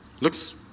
Looks